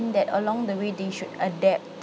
that along the way they should adapt